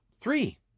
three